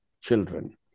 children